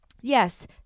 Yes